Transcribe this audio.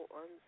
on